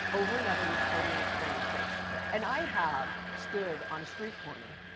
over another was totally experienced based. yes. and i have stood on a street corner,